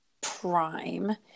Prime